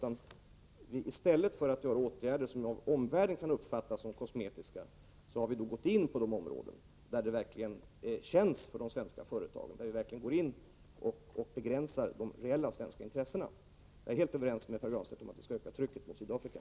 I stället för att vidta åtgärder som av omvärlden kan uppfattas som kosmetiska har vi gått in på de områden där det verkligen känns för de svenska företagen. Vi begränsar de reella svenska intressena. Jag är helt överens med Pär Granstedt om att vi skall öka trycket på Sydafrika.